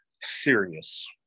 serious